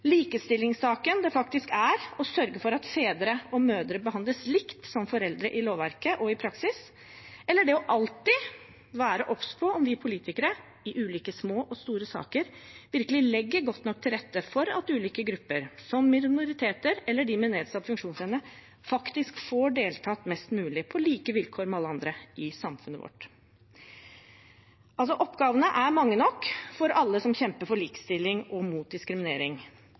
likestillingssaken det faktisk er å sørge for at fedre og mødre behandles likt som foreldre i lovverket og i praksis, eller det alltid å være obs på om vi politikere i ulike små og store saker virkelig legger godt nok til rette for at ulike grupper, som minoriteter eller de med nedsatt funksjonsevne, faktisk får deltatt mest mulig på like vilkår med alle andre i samfunnet vårt. Oppgavene er mange nok for alle som kjemper for likestilling og mot diskriminering,